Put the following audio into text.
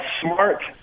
smart